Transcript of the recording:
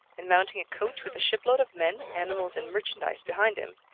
and, mounting a coach with a ship-load of men, animals, and merchandise behind him,